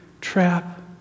trap